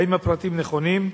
האם הפרטים נכונים?